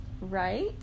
right